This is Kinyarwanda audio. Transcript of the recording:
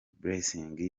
blessing